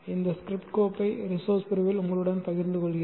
இந்த ஸ்கிரிப்ட் கோப்பை ரிசோர்ஸ் பிரிவில் உங்களுடன் பகிர்ந்து கொள்கிறேன்